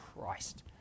christ